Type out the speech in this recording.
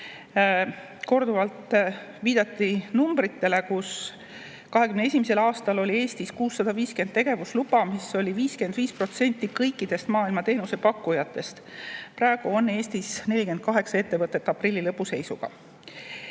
Korduvalt viidati numbritele, kui 2021. aastal oli Eestis 650 tegevusluba, mis oli 55% kõikidest maailma teenusepakkujatest. Praegu on Eestis aprilli lõpu seisuga